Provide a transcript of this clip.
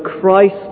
Christ